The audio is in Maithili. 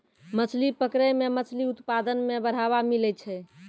मछली पकड़ै मे मछली उत्पादन मे बड़ावा मिलै छै